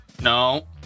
No